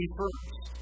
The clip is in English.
first